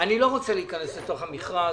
אני לא רוצה להיכנס לתוך המכרז.